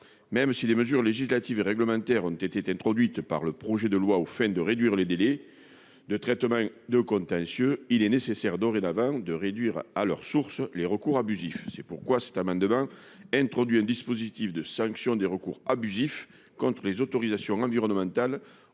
Même si des mesures législatives et réglementaires ont été introduites par le projet de loi aux fins de réduire les délais de traitement des contentieux, il est dorénavant nécessaire de réduire à la source les recours abusifs. C'est pourquoi cet amendement vise à introduire un dispositif de sanction des recours abusifs contre les autorisations environnementales,